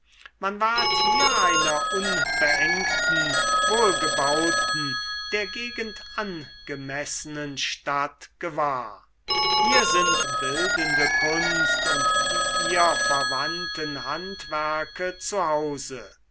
man ward hier einer unbeengten wohlgebauten der gegend angemessenen stadt gewahr hier sind bildende kunst und die ihr verwandten handwerke